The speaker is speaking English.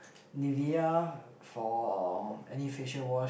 Nivea for any facial wash